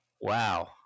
Wow